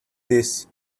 this